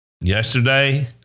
Yesterday